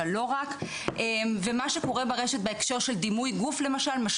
אבל לא רק ומה שקורה ברשת בהקשר של דימוי גוף למשל,